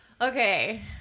Okay